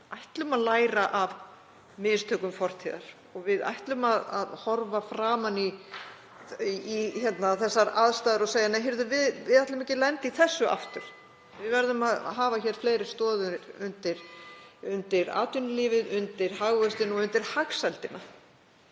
ætlum að læra af mistökum fortíðar og ætlum að horfa framan í þessar aðstæður og segja: Nei, heyrðu, við ætlum ekki að lenda í þessu aftur. Við verðum að hafa fleiri stoðir undir atvinnulífið, undir hagvöxtinn og undir hagsældina.